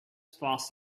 fast